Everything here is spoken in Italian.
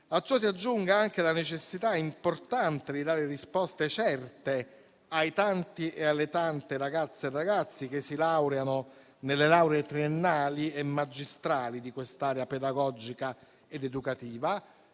A ciò si aggiunga anche la necessità importante di dare risposte certe ai tanti ragazzi e alle tante ragazze che si laureano nelle lauree triennali e magistrali di quest'area pedagogica ed educativa.